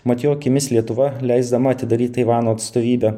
mat jo akimis lietuva leisdama atidaryt taivano atstovybę